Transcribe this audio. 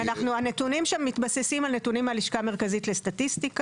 הנתונים שם מתבססים על הנתונים של הלשכה המרכזית לסטטיסטיקה,